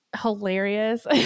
hilarious